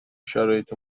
شرایط